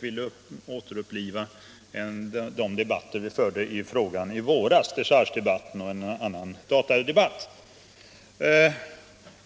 vill återuppliva de debatter i frågan som vi förde i våras, dechargedebatten och en annan datadebatt.